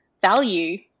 value